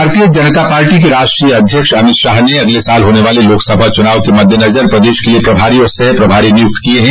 भारतीय जनता पार्टी के राष्ट्रीय अध्यक्ष अमित शाह ने अगले साल होने वाले लोकसभा चुनाव के मद्देनजर प्रदेश के लिये प्रभारी और सह प्रभारी नियुक्त किये हैं